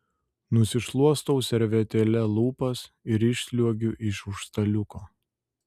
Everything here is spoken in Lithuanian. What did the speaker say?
nusišluostau servetėle lūpas ir išsliuogiu iš už staliuko